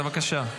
בבקשה.